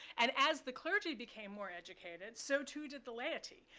and as the clergy became more educated, so too did the laity.